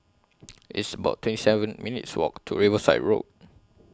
It's about twenty seven minutes' Walk to Riverside Road